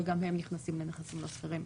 וגם הם נכנסים לנכסים לא סחירים.